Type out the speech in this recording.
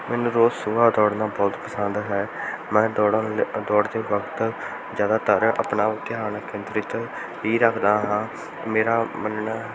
ਮੈਨੂੰ ਰੋਜ਼ ਸੁਬਹਾ ਦੌੜਨਾ ਬਹੁਤ ਪਸੰਦ ਹੈ ਮੈਂ ਦੌੜਨ ਦੌੜਦੇ ਵਕਤ ਜ਼ਿਆਦਾਤਰ ਆਪਣਾ ਧਿਆਨ ਕੇਂਦਰਿਤ ਹੀ ਰੱਖਦਾ ਹਾਂ ਮੇਰਾ ਮੰਨਣਾ